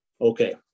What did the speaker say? Okay